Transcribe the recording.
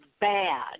bad